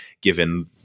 given